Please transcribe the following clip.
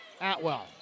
Atwell